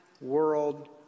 world